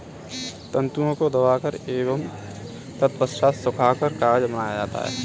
तन्तुओं को दबाकर एवं तत्पश्चात सुखाकर कागज बनाया जाता है